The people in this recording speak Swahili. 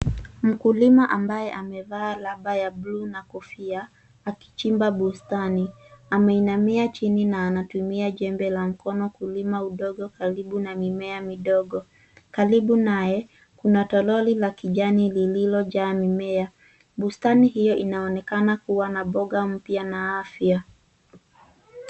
Mkulima ambaye amevaa rubber ya bluu na kofia akichimba bustani. Ameinamia chini na anatumia jembe la mkono kulima udongo karibu na mimea midogo. Karibu naye kuna toroli la kijani lililojaa mimea. Bustani hiyo inaonekana kuwa na mboga mpya na afya.